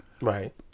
Right